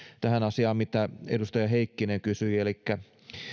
tähän asiaan mitä edustaja heikkinen kysyi elikkä